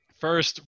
First